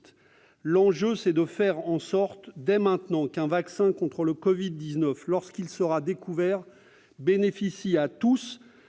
« L'enjeu c'est de faire en sorte dès maintenant qu'un vaccin contre le covid-19, lorsqu'il sera découvert, bénéficie à tous,